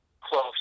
close